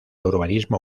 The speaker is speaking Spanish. urbanismo